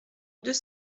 deux